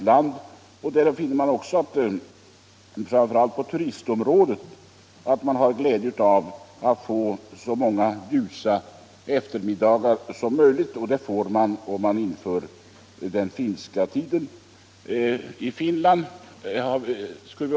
Man har där, inte minst med tanke på turismen, glädje av att få så många ljusa eftermiddagstimmar som möjligt. Det får man om man inför den finska tiden.